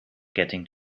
getting